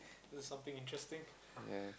ya